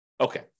Okay